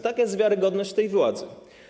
Taka jest wiarygodność tej władzy.